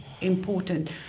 important